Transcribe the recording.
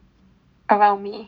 around me